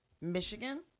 Michigan